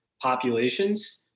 populations